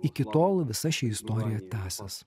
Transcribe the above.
iki tol visa ši istorija tęsis